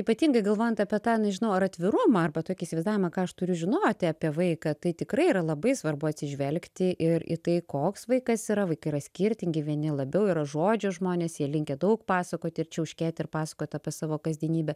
ypatingai galvojant apie tą nežinau ar atvirumą arba tokį įsivaizdavimą ką aš turiu žinoti apie vaiką tai tikrai yra labai svarbu atsižvelgti ir į tai koks vaikas yra vaikai yra skirtingi vieni labiau yra žodžio žmonės jie linkę daug pasakoti ir čiauškėti ir pasakot apie savo kasdienybę